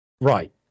Right